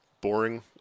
boring